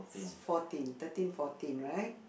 fourteen thirteen fourteen right